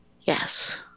Yes